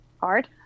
hard